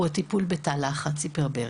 הוא הטיפול בתא לחץ היפרברי.